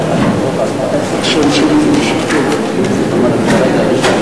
ראוי שתצביע היום אי-אמון בממשלה, ואפרט סיבה אחת